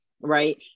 right